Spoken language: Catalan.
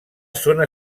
zona